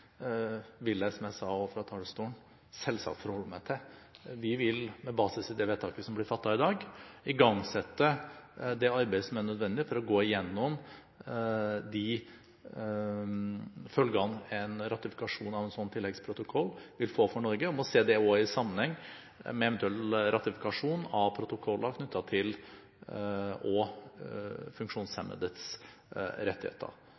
Vi vil, med basis i det vedtaket som blir fattet i dag, igangsette det arbeidet som er nødvendig for å gå igjennom de følgene som en ratifikasjon av en sånn tilleggsprotokoll vil få for Norge, og vi må også se det i sammenheng med eventuell ratifikasjon av protokoller knyttet til funksjonshemmedes rettigheter.